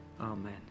Amen